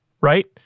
right